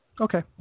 Okay